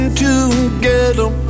together